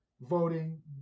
voting